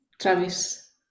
Travis